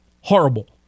Horrible